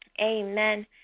Amen